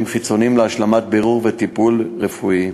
חיצוניים להשלמת בירור וטיפול רפואי.